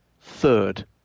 third